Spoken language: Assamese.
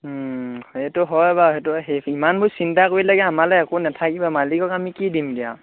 সেইটো হয় বাৰু সেইটো সেই সিমানবোৰ চিন্তা কৰি লাগে আমালৈ একো নেথাকিব মালিকক আমি কি দিম তেতিয়া